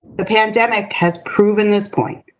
the pandemic has proven this point.